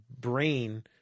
brain